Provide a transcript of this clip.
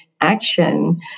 action